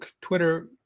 Twitter